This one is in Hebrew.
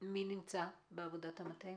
מי עושה את עבודת המטה?